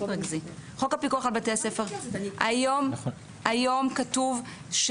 היום כתוב,